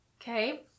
Okay